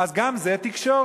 אז גם זה תקשורת?